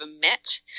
met